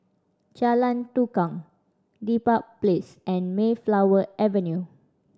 Jalan Tukang Dedap Place and Mayflower Avenue